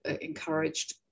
encouraged